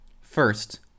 first